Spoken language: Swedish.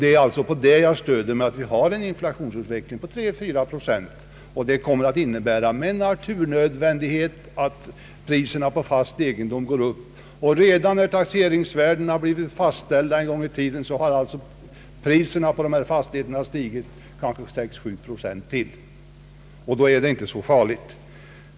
Det är på det jag stöder mig när jag säger att inflationen kommer att uppgå till 3 å 4 procent. Inflationsutvecklingen kommer med naturnödvändighet att innebära att priserna på fast egendom går upp. Redan när taxeringsvärdena så småningom blivit fastställda har alltså priserna på fastigheter stigit med ytterligare 6 eller 7 procent, och då är det inte så farligt.